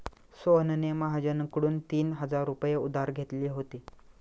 सोहनने महाजनकडून तीन हजार रुपये उधार घेतले होते